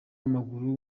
w’amaguru